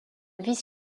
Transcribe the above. vice